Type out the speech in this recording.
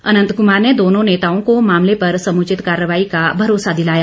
अनंत कुमार ने दोनो नेताओं को मामले पर समुचित कार्रवाई का भरोसा दिलाया